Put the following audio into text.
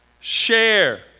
share